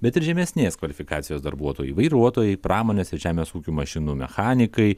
bet ir žemesnės kvalifikacijos darbuotojai vairuotojai pramonės ir žemės ūkio mašinų mechanikai